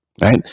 Right